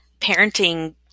parenting